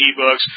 ebooks